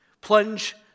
Plunge